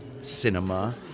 cinema